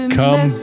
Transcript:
come